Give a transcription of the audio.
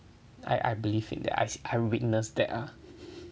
I I believe in that I have witnessed that ah